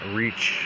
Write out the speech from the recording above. reach